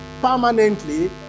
permanently